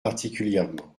particulièrement